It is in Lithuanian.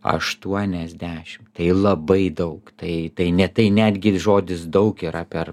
aštuoniasdešimt tai labai daug tai tai ne tai netgi žodis daug yra per